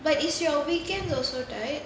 but is your weekends also tight